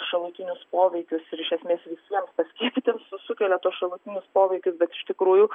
šalutinius poveikius ir iš esmės visiems paskiepytiems su sukelia tuos šalutinius poveikius bet iš tikrųjų